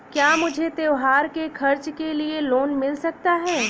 क्या मुझे त्योहार के खर्च के लिए लोन मिल सकता है?